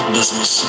business